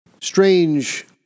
Strange